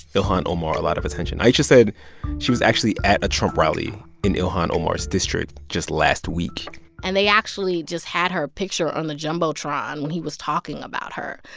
ilhan omar a lot of attention. ayesha said she was actually at a trump rally in ilhan omar's district just last week and they actually just had her picture on the jumbotron when he was talking about her,